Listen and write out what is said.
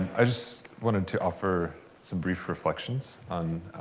i just wanted to offer some brief reflections on